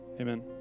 Amen